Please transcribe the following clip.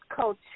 coach